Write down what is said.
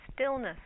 stillness